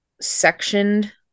sectioned